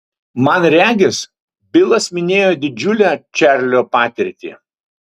man regis bilas minėjo didžiulę čarlio patirtį